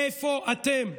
איפה אתם?